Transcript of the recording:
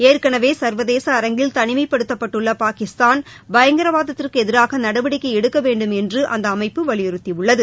ஏற்கனவே ச சர்வதேச அரங்கில் தனிமைப்படுத்தப்பட்டுள்ள பாகிஸ்தான் பயங்கரவாதத்திற்கு எதிராக நடவடிக்கை எடுக்க வேண்டும் என்று அந்த அமைப்பு வலியுறுத்தியுள்ளது